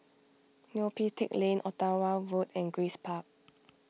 Neo Pee Teck Lane Ottawa Road and Grace Park